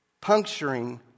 puncturing